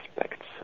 aspects